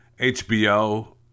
HBO